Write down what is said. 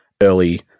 Early